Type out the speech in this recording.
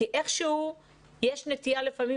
כי איכשהו יש נטייה לפעמים,